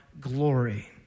glory